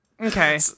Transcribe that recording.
Okay